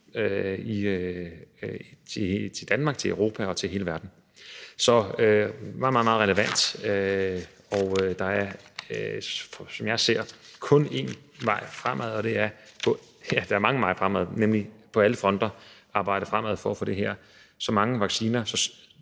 til Danmark, til Europa og til hele verden. Så det er meget, meget relevant, og der er, som jeg ser det, mange veje fremad, nemlig på alle fronter at arbejde for at få så mange sikre